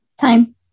Time